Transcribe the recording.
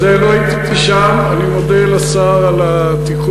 אז לא הייתי שם, אני מודה לשר על התיקון.